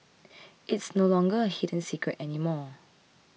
it's no longer a hidden secret anymore